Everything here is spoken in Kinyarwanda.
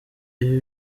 ibi